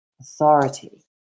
authority